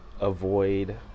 Avoid